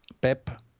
Pep